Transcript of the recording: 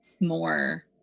more